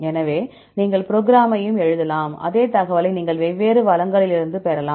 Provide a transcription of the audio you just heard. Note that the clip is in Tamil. எனவே நீங்கள் ப்ரோக்ராமையும் எழுதலாம் அதே தகவலை நீங்கள் வெவ்வேறு வளங்களிலிருந்து பெறலாம்